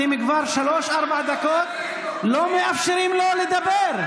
כבר שלוש-ארבע דקות אתם לא מאפשרים לו לדבר.